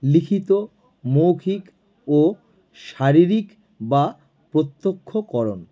লিখিত মৌখিক ও শারীরিক বা প্রত্যক্ষকরণ